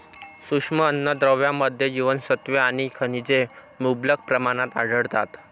सूक्ष्म अन्नद्रव्यांमध्ये जीवनसत्त्वे आणि खनिजे मुबलक प्रमाणात आढळतात